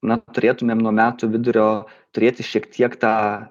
na turėtumėm nuo metų vidurio turėti šiek tiek tą